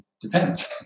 Depends